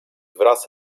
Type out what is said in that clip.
wraz